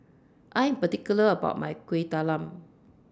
I'm particular about My Kueh Talam